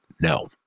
no